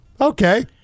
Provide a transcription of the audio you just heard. okay